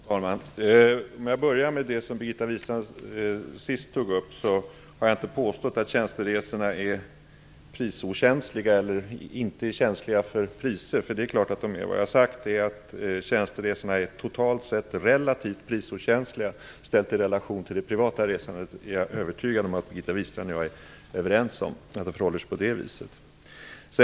Fru talman! För att börja med det som Birgitta Wistrand sist tog upp, så har jag inte påstått att tjänsteresorna är prisokänsliga eller att de inte är känsliga för priser. Det är klart att de är. Vad jag har sagt är att tjänsteresorna totalt sett är relativt prisokänsliga. Ställt i relation till det privata resandet är jag övertygad om att Birgitta Wistrand och jag är överens om att det förhåller sig på det viset.